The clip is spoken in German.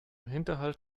hinterhalt